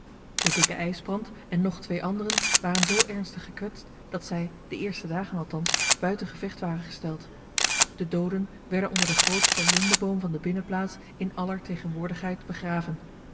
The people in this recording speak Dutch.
de dikke ijsbrand en nog twee anderen waren zoo ernstig gekwetst dat zij de eerste dagen althans buiten gevecht waren gesteld de dooden werden onder den grootsten lindeboom van de binnenplaats in aller tegenwoordigheid begraven